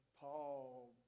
Paul